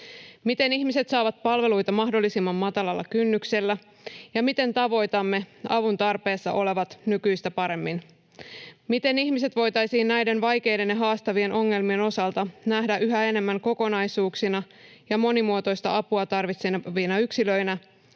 Miten ihmiset saavat palveluita mahdollisimman matalalla kynnyksellä ja miten tavoitamme avun tarpeessa olevat nykyistä paremmin? Miten ihmiset voitaisiin näiden vaikeiden ja haastavien ongelmien osalta nähdä yhä enemmän kokonaisuuksina ja monimuotoista apua tarvitsevina yksilöinä?